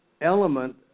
element